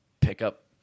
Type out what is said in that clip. pickup